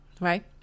right